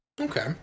Okay